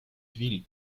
ville